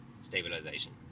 stabilization